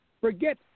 Forget